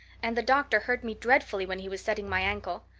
and the doctor hurt me dreadfully when he was setting my ankle.